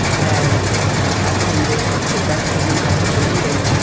and we had the meeting, they left the room after the meeting,